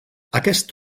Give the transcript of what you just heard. aquest